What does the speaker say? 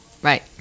Right